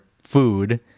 food